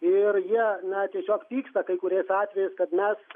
ir jie na tiesiog pyksta kai kuriais atvejais kad mes